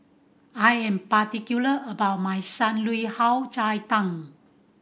I am particular about my Shan Rui cai tang